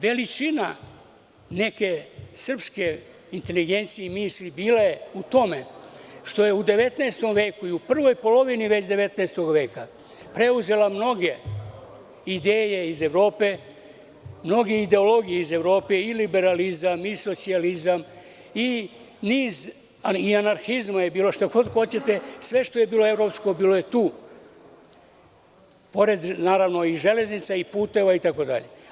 Veličina neke srpske inteligencije i misli bila je u tome što je već u prvoj polovini 19. veka preuzela mnoge ideje iz Evrope, mnoge ideologije iz Evrope i liberalizam i socijalizam, ali i anarhizam, šta god hoćete, sve što je bilo evropsko, bilo je tu, pored železnica i puteva itd.